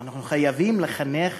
אנחנו חייבים לחנך